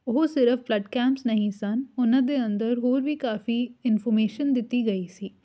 ਉਹ ਸਿਰਫ blood camps ਨਹੀਂ ਸਨ ਉਹਨਾਂ ਦੇ ਅੰਦਰ ਹੋਰ ਵੀ ਕਾਫੀ ਇਨਫੋਰਮੇਸ਼ਨ ਦਿੱਤੀ ਗਈ ਸੀ